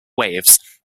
waves